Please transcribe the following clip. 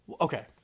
Okay